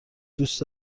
دوست